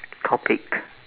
topic